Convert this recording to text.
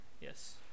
Yes